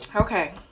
okay